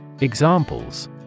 Examples